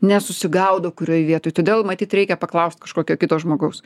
nesusigaudo kurioj vietoj todėl matyt reikia paklaust kažkokio kito žmogaus